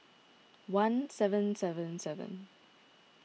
one seven seven seven